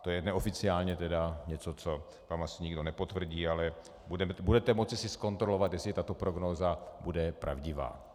To je neoficiálně něco, co vám asi nikdo nepotvrdí, ale budete si moci zkontrolovat, jestli tato prognóza bude pravdivá.